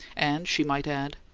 and she might add,